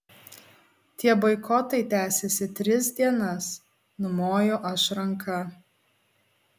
tie boikotai tęsiasi tris dienas numoju aš ranka